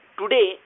today